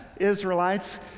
Israelites